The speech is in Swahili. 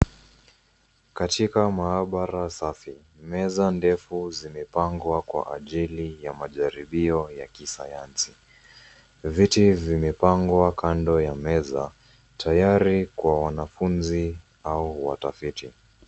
Katika maabara safi meza ndefu zimepangwa kwa ajili ya majaribio ya kisayansi. Viti vimepangwa kando ya meza tayari kwa wanafunzi au watafiti.